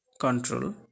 control